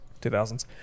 2000s